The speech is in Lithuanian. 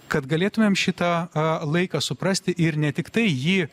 kad galėtumėm šitą laiką suprasti ir ne tiktai jį